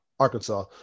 Arkansas